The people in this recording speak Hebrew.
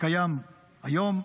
שקיים היום,